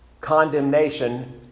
condemnation